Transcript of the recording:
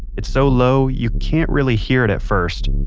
it's so low. you can't really hear it at first.